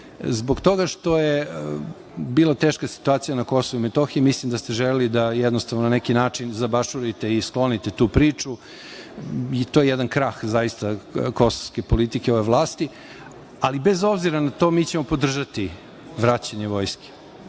zbog toga što je bila teška situacija na Kosovu i Metohiji. Mislim da ste želeli da jednostavno na neki način zabašurite i sklonite tu priču, i to je jedan krah kosovske politike ove vlasti, ali bez obzira na to mi ćemo podržati vraćanje vojnog